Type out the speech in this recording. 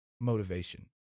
motivation